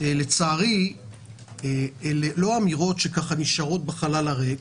לצערי אלה לא אמירות שנשארות בחלל הריק